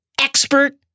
expert